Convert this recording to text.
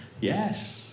Yes